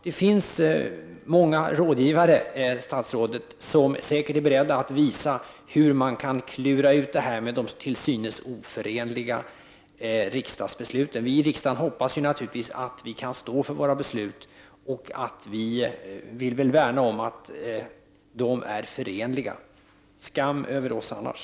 Det finns många rådgivare, statsrådet, som säkert är beredda att visa hur man kan klura ut detta med de till synes oförenliga riksdagsbesluten. Vi i riksdagen hoppas naturligtvis att vi kan stå för våra beslut, och vi vill värna om att de är förenliga. Skam över oss annars!